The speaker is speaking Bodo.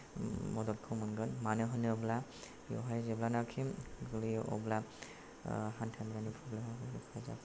मददखौ मोनगोन मानो होनोब्ला बेवहाय जेब्लानासिम गोग्लैयो अब्ला हान्थामेलानि प्रब्लेमा नुजागोन